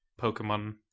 Pokemon